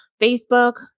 Facebook